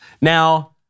Now